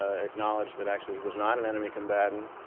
ah acknowledged that actually he was not an enemy combatant,